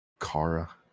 Kara